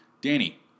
Danny